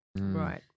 Right